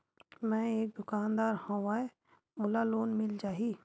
मै एक दुकानदार हवय मोला लोन मिल जाही?